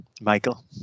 Michael